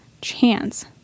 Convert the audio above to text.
chance